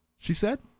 she said.